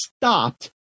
stopped